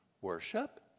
Worship